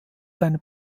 seine